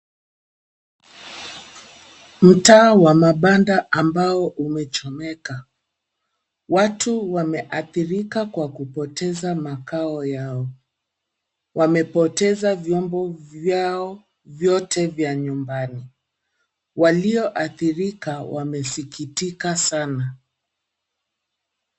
Mtaa wa mabanda ambao umechomeka, watu wameathirika kwa kupoteza makao yao, wamepoteza vyombo vyao vyote vya nyimbani. Walioathiriaka wamesikitika sana.